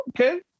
okay